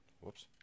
Whoops